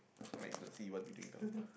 might as well see what we doing now